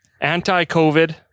Anti-COVID